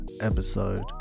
episode